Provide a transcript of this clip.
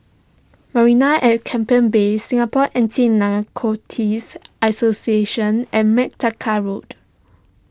Marina at Keppel Bay Singapore Anti Narcotics Association and MacTaggart Road